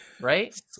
right